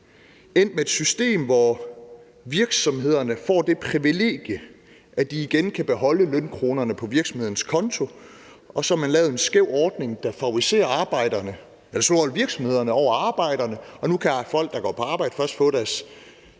endt med et system, hvor virksomhederne får det privilegie, at de igen kan beholde lønkronerne på virksomhedens konto, og så har man lavet en skæv ordning, der favoriserer virksomhederne over arbejderne, og nu kan folk, der går på arbejde, først få deres